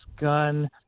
gun